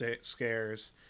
scares